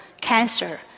cancer